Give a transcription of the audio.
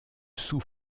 sous